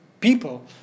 people